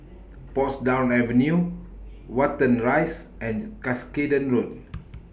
Portsdown Avenue Watten Rise and Cuscaden Road